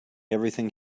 everything